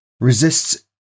resists